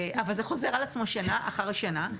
אבל זה חוזר על עצמו שנה אחר שנה.